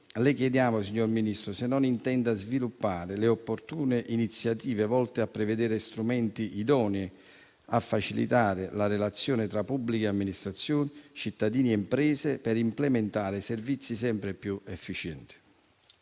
le chiediamo, signor Ministro, se non intenda sviluppare le opportune iniziative volte a prevedere strumenti idonei a facilitare la relazione tra pubbliche amministrazioni, cittadini e imprese e per implementare servizi sempre più efficienti.